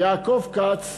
יעקב כץ,